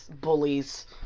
bullies